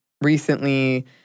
recently